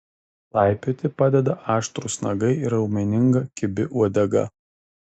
laipioti padeda aštrūs nagai ir raumeninga kibi uodega